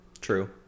True